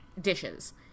dishes